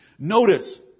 Notice